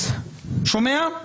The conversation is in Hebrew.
שומע?